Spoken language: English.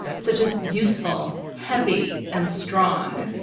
such as useful, heavy, and strong.